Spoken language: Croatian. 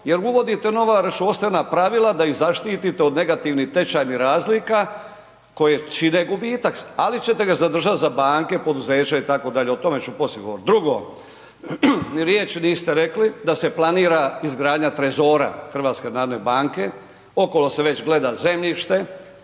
Jel uvodite nova računovodstvena pravila da ih zaštite od negativnih tečajnih razlika koje čine gubitak, ali ćete ga zadržat za banke, poduzeća itd., o tome ću poslije govorit. Drugo, ni riječi niste rekli da se planira izgradnja trezora HNB-a, okolo se već gleda zemljište